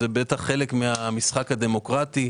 זה בטח חלק מן המשחק הדמוקרטי.